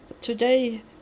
today